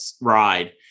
ride